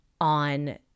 on